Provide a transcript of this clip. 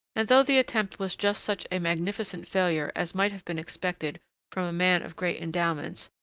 and though the attempt was just such a magnificent failure as might have been expected from a man of great endowments,